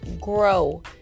grow